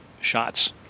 shots